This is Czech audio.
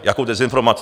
Jakou dezinformací?